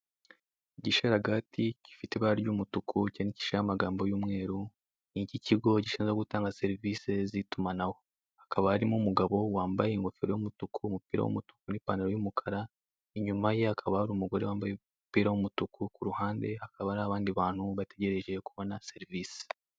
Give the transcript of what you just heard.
Igisharagati gifite ibara ry'umutuku cyandikishijeho amagambo y'umweru ni ik'ikigo gishinzwe gutanga serivise z'itumanaho, hakaba harimo umugabo wambaye ingofero y'umutuku umupira w'umutuku n'ipantalo y'umukara, inyuma ye hakaba hari umugore wambaye umupira w'umutuku ku ruhande hakaba hari abandi bantu bategereje kubona serivise.